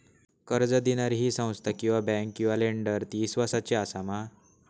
कर्ज दिणारी ही संस्था किवा बँक किवा लेंडर ती इस्वासाची आसा मा?